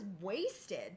wasted